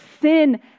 sin